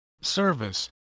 service